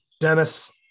Dennis